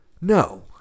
No